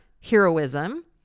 heroism